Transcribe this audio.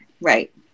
Right